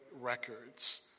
records